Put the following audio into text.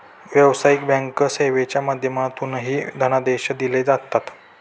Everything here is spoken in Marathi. व्यावसायिक बँक सेवेच्या माध्यमातूनही धनादेश दिले जातात